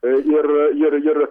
ir ir ir